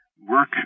work